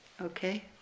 Okay